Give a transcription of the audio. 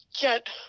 get